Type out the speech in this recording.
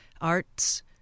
arts